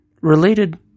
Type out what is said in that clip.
Related